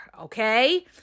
okay